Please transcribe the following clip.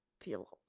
feel